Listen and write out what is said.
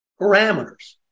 parameters